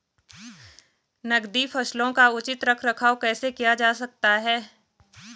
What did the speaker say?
नकदी फसलों का उचित रख रखाव कैसे किया जा सकता है?